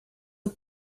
are